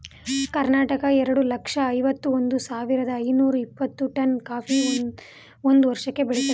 ಕರ್ನಾಟಕ ಎರಡ್ ಲಕ್ಷ್ದ ಐವತ್ ಒಂದ್ ಸಾವಿರ್ದ ಐನೂರ ಇಪ್ಪತ್ತು ಟನ್ ಕಾಫಿನ ಒಂದ್ ವರ್ಷಕ್ಕೆ ಬೆಳಿತದೆ